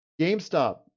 GameStop